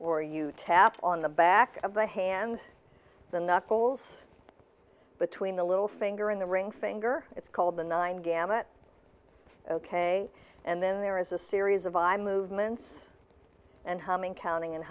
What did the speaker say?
or you tap on the back of the hand the knuckles between the little finger in the ring finger it's called the nine gamut ok and then there is a series of i movements and humming counting and